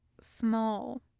small